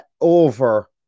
over